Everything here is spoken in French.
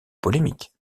polémique